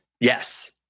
yes